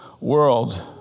world